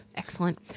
Excellent